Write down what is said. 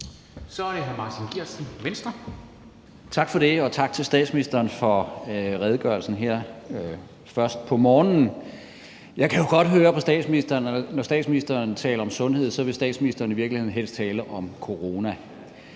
Kl. 00:14 Martin Geertsen (V): Tak for det, og tak til statsministeren for redegørelsen her først på morgenen. Jeg kan jo godt høre på statsministeren, at når statsministeren taler om sundhed, vil statsministeren i virkeligheden helst tale om corona.